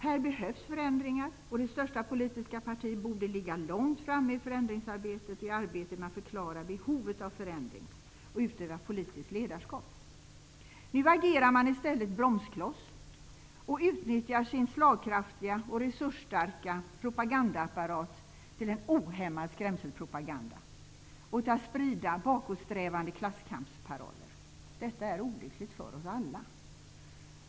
Här behövs förändringar, och det största politiska partiet borde ligga långt framme i förändringsarbetet och i arbetet med att förklara behovet av förändring samt utöva politiskt ledarskap. Nu agerar man i stället bromskloss och utnyttjar sin slagkraftiga och resursstarka propagandaapparat till en ohämmad skrämselpropaganda och till att sprida bakåtsträvande klasskampsparoller. Detta är olyckligt för oss alla.